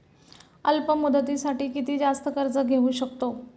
अल्प मुदतीसाठी किती जास्त कर्ज घेऊ शकतो?